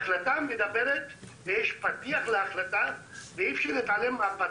יש פתיח להחלטה ואי אפשר להתעלם ממנו,